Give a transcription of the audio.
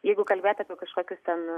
jeigu kalbėti apie kažkokius ten